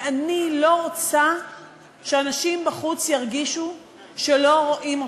ואני לא רוצה שאנשים בחוץ ירגישו שלא רואים אותם.